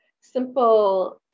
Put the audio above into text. simple